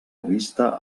vista